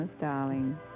darling